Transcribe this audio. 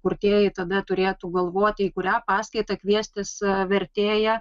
kurtieji tada turėtų galvoti į kurią paskaitą kviestis vertėją